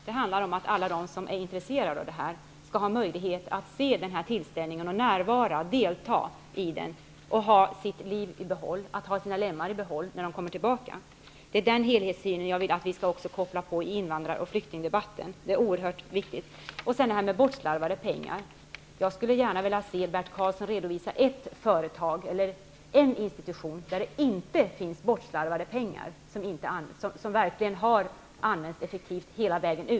Det handlar om att alla de som är intresserade skall ha möjlighet att se tillställningen, att närvara och delta i den med livet och sina lemmar i behåll. Det är den helhetssynen jag vill att vi också skall koppla till invandrar och flyktingdebatten. Det är oerhört viktigt. Bert Karlsson talar om bortslarvade pengar. Jag skulle gärna vilja höra Bert Karlsson redovisa ett företag eller en institution där det inte är fråga om bortslarvade pengar, utan där alla pengar verkligen har använts effektivt hela vägen.